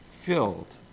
filled